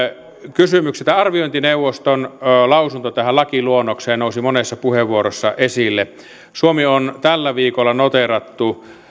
kysymyksiä arviointineuvoston lausunto tähän lakiluonnokseen nousi monessa puheenvuorossa esille suomen hallinto on tällä viikolla noteerattu